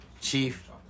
Chief